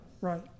Right